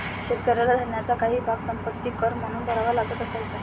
शेतकऱ्याला धान्याचा काही भाग संपत्ति कर म्हणून भरावा लागत असायचा